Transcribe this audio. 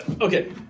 Okay